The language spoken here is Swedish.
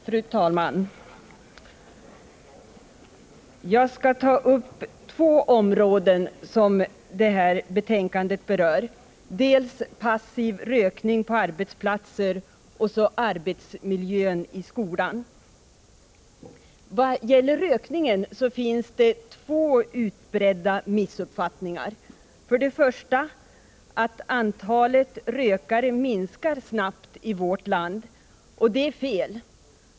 Fru talman! Jag skall ta upp två områden som det här betänkandet berör — dels passiv rökning på arbetsplatser, dels arbetsmiljön i skolan. Vad gäller rökningen finns det två utbredda missuppfattningar. För det första: att antalet rökare minskar snabbt i vårt land. Det är fel.